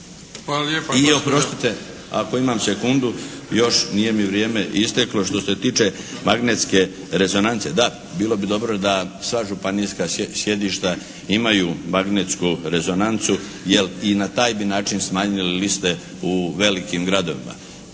I oprostite, ako imam sekundu, još nije mi vrijeme isteklo. Što se tiče magnetske rezonance, da, bilo bi dobro da sva županijska sjedišta imaju magnetsku rezonancu jer i na taj bi način smanjili liste u velikim gradovima.